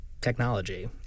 technology